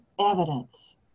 evidence